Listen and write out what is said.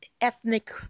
Ethnic